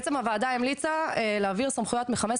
הוועדה המליצה להעביר סמכויות מ-15